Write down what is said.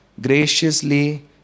graciously